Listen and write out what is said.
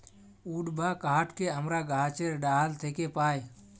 would বা কাহাঠকে আমরা গাহাছের ডাহাল থ্যাকে পাই